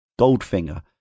Goldfinger